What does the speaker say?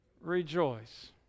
rejoice